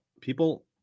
people